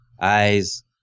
eyes